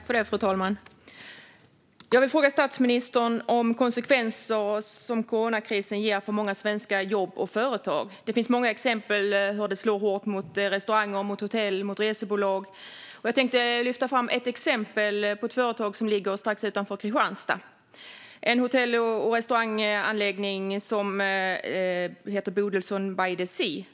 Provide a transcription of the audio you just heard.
Fru talman! Jag vill fråga statsministern om konsekvenserna av coronakrisen för många svenska jobb och företag. Det finns många exempel på att den slår hårt mot restauranger, hotell och resebolag. Jag tänkte lyfta fram ett exempel. Det är ett företag som ligger strax utanför Kristianstad, en hotell och restauranganläggning som heter Bodelssons by the Sea.